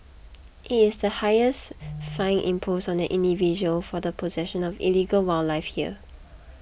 it is the highest fine imposed on an individual for the possession of illegal wildlife here